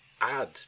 add